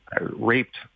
raped